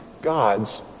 God's